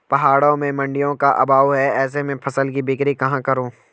पहाड़ों में मडिंयों का अभाव है ऐसे में फसल की बिक्री कहाँ करूँ?